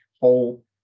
whole